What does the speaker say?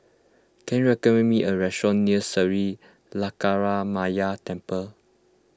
can you recommend me a restaurant near Sri Lankaramaya Temple